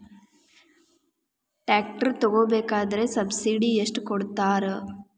Tractor ತಗೋಬೇಕಾದ್ರೆ subsidy ಎಷ್ಟು ಕೊಡ್ತಾರ?